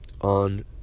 on